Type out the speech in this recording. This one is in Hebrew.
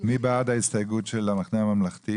- מי בעד ההסתייגות של המחנה הממלכתי?